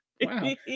wow